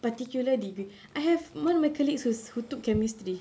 particular degree I have one of my colleagues whose who took chemistry